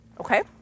okay